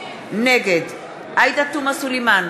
נגד עאידה תומא סלימאן,